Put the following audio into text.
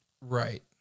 right